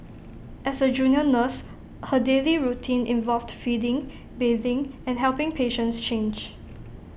as A junior nurse her daily routine involved feeding bathing and helping patients change